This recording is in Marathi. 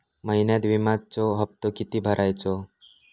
महिन्यात विम्याचो हप्तो किती भरायचो?